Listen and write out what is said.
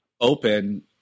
open